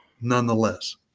nonetheless